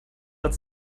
hat